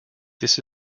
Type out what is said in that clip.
this